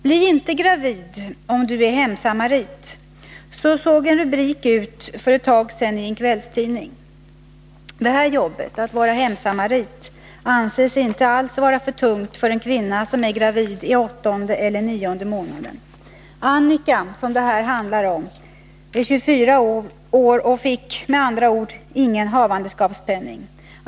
”Bli inte gravid om du är hemsamarit” — så såg en rubrik ut för ett tag sedan i en kvällstidning. Detta jobb — att vara hemsamarit — anses inte alls vara för tungt för en kvinna som är gravid i åttonde och nionde månaden. Annika, som det handlar om här, är 24 år och fick med andra ord ingen havandeskapspenning.